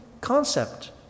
concept